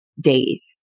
days